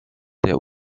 der